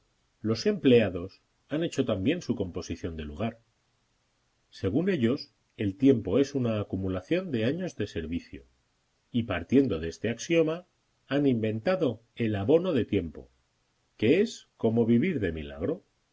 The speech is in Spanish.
los empleados han hecho también su composición de lugar según ellos el tiempo es una acumulación de años de servicio y partiendo de este axioma han inventado el abono de tiempo que es como vivir de milagro